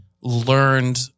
learned